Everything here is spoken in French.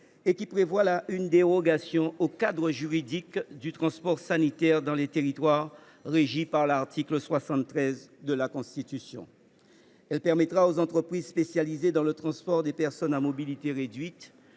à prévoir une dérogation au cadre juridique du transport sanitaire dans les territoires régis par l’article 73 de la Constitution. Cela permettra aux entreprises spécialisées dans le transport des personnes à mobilité réduite